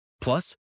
Plus